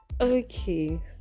okay